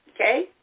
okay